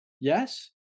Yes